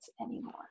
anymore